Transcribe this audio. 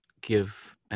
give